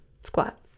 squat